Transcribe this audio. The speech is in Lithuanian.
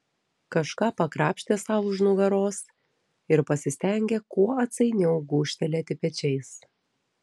kažką pakrapštė sau už nugaros ir pasistengė kuo atsainiau gūžtelėti pečiais